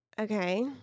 Okay